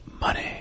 money